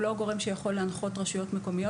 הוא לא גורם שיכול להנחות רשויות מקומיות